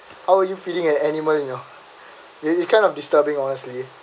how are you feeding an animal you know you you kind of disturbing honestly